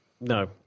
No